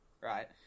right